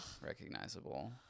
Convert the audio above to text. Recognizable